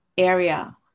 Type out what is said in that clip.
area